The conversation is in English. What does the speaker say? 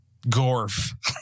Gorf